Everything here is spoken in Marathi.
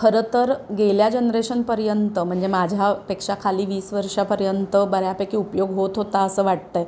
खरं तर गेल्या जनरेशनपर्यंत म्हणजे माझ्यापेक्षा खाली वीस वर्षापर्यंत बऱ्यापैकी उपयोग होत होता असं वाटतं आहे